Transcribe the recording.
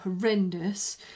horrendous